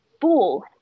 fool